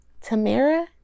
Tamara